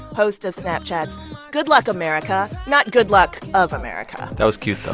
host of snapchat's good luck america, not good luck of america. that was cute,